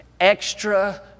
extra